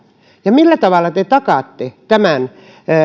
ja millä tavalla te takaatte